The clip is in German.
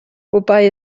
wobei